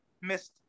missed